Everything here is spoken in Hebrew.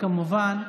כמובן,